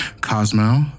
Cosmo